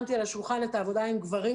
שמתי על השולחן את העבודה עם גברים,